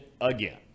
again